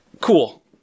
Cool